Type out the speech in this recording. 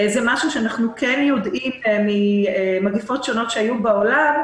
זה דבר שאנחנו כן יודעים ממגפות שונות שהיו בעולם.